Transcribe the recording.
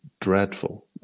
dreadful